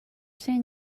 saying